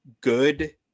good